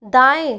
दाएँ